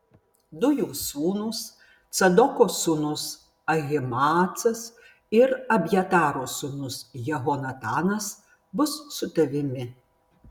du jų sūnūs cadoko sūnus ahimaacas ir abjataro sūnus jehonatanas bus su tavimi